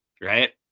right